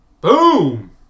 Boom